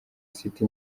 city